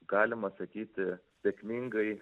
galima sakyti sėkmingai